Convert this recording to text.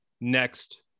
next